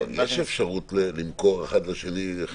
יש אפשרות למכור אחד לשני.